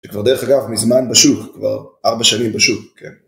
שכבר דרך אגב מזמן בשוק, כבר ארבע שנים בשוק, כן.